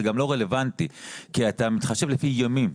זה גם לא רלוונטי כי אתה מתחשב לפי ימים,